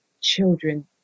children